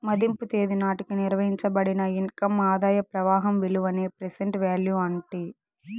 మదింపు తేదీ నాటికి నిర్వయించబడిన ఇన్కమ్ ఆదాయ ప్రవాహం విలువనే ప్రెసెంట్ వాల్యూ అంటీ